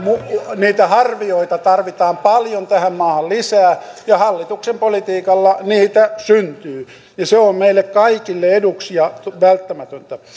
niitä harvioita tarvitaan paljon tähän maahan lisää ja hallituksen politiikalla niitä syntyy ja se on meille kaikille eduksi ja välttämätöntä